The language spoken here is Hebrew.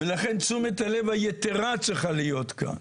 ולכן תשומת הלב היתרה צריכה להיות כאן.